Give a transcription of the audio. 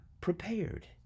prepared